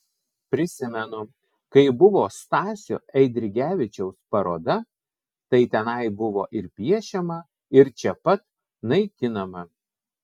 prisimenu kai buvo stasio eidrigevičiaus paroda tai tenai buvo ir piešiama ir čia pat naikinama